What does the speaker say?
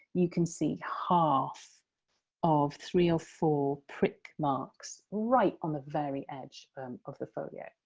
you can see half of three or four prick marks right on the very edge of the folio.